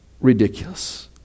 Ridiculous